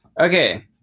okay